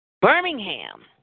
Birmingham